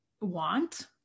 want